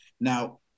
Now